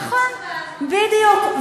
נכון, בדיוק.